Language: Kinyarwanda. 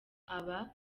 aba